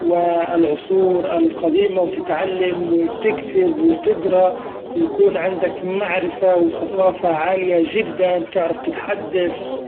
و العصور القديمة و تتعلم وتكتب و تقرا و يكون عندك معرفة و ثقافة عالية جدا بتعرف تتحدث.